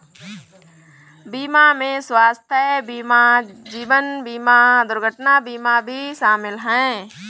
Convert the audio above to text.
बीमा में स्वास्थय बीमा जीवन बिमा दुर्घटना बीमा भी शामिल है